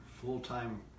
full-time